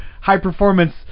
high-performance